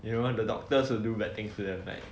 you know the doctors will do bad things to them right